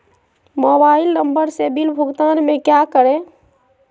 Mobile number से bill भुगतान में क्या करें?